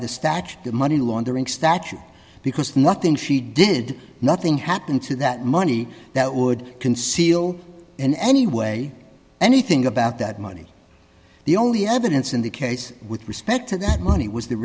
statute the money laundering statute because nothing she did nothing happened to that money that would conceal in any way anything about that money the only evidence in the case with respect to that money was the